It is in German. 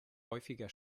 häufiger